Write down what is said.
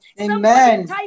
Amen